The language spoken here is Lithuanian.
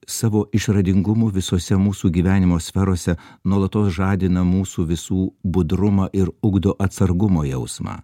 savo išradingumu visose mūsų gyvenimo sferose nuolatos žadina mūsų visų budrumą ir ugdo atsargumo jausmą